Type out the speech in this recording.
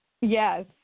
yes